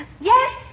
Yes